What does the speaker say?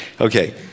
Okay